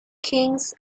kings